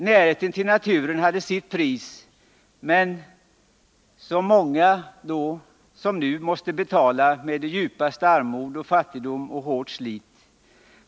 Närheten till naturen hade sitt pris, som många då som nu måste betala med djupaste armod och fattigdom och med hårt slit.